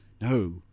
no